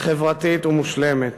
חברתית ומושלמת.